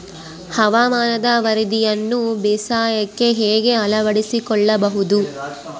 ಹವಾಮಾನದ ವರದಿಯನ್ನು ಬೇಸಾಯಕ್ಕೆ ಹೇಗೆ ಅಳವಡಿಸಿಕೊಳ್ಳಬಹುದು?